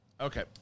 Okay